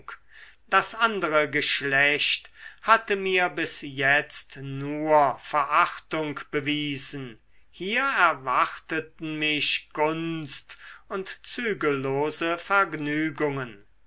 das andere geschlecht hatte mir bis jetzt nur verachtung bewiesen hier erwarteten mich gunst und zügellose vergnügungen